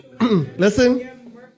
Listen